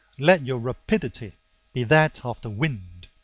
let your rapidity be that of the wind,